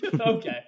okay